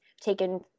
taken